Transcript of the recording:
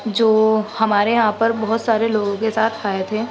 جو ہمارے یہاں پر بہت سارے لوگوں کے ساتھ آئے تھے